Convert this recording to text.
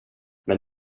men